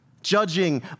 Judging